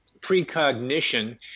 precognition